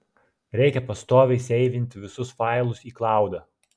reikia pastoviai seivinti visus failus į klaudą